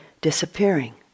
disappearing